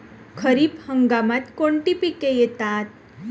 खरीप हंगामात कोणती पिके येतात?